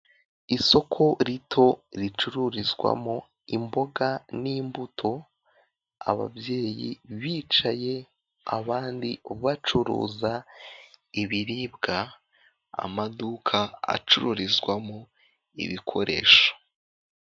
Isoko rito ricururizwamo imboga n'imbuto, ababyeyi bicaye abandi bacuruza ibiribwa, amaduka acururizwamo ibikoresho.